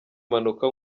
mpanuka